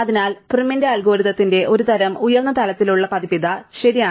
അതിനാൽ പ്രിമിന്റെ അൽഗോരിതത്തിന്റെ ഒരു തരം ഉയർന്ന തലത്തിലുള്ള പതിപ്പ് ഇതാ ശരിയാണ്